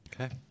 Okay